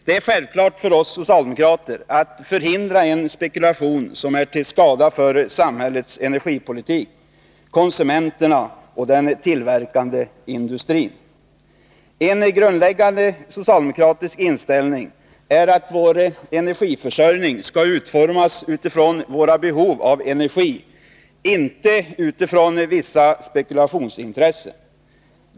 Det är självklart för oss socialdemokrater att förhindra en spekulation som är till skada för samhällets energipolitik, konsumenterna och den tillverkande industrin. En grundläggande socialdemokratisk inställning är att vår energiförsörjning skall utformas utifrån våra behov av energi — inte utifrån vissa spekulationsintressen.